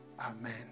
Amen